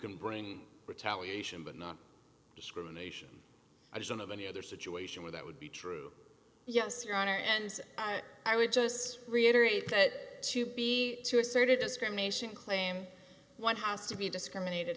can bring retaliation but not discrimination i don't have any other situation where that would be true yes your honor and i would just reiterate that to be asserted discrimination claim one has to be discriminated